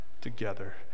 together